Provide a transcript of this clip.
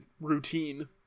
routine